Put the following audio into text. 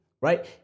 Right